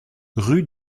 rue